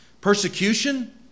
Persecution